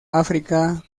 áfrica